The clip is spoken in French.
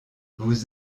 vous